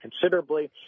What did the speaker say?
considerably